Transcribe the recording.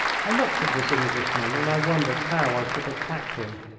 i looked at this englishman and i wondered how i should attack him.